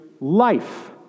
life